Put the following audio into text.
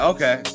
Okay